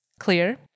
Clear